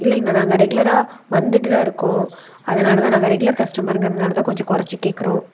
இல்லைங்கண்ணா நாங்கள் ரெகுலராக வந்துட்டு தான் இருக்கோம் அதனால் தான் நாங்கள் ரெகுலர் கஸ்ட்டமருங்குறதினால தான் கொஞ்சம் குறச்சு கேட்குறோம்